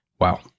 Wow